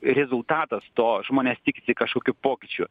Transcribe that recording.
rezultatas to žmonės tikisi kažkokių pokyčių